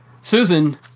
Susan